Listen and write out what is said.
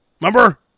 Remember